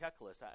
checklist